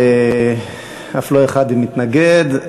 אף לא אחד מתנגד.